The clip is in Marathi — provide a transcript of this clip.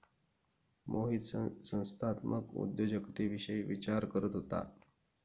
मोहित संस्थात्मक उद्योजकतेविषयी विचार करत होता